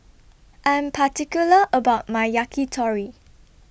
I Am particular about My Yakitori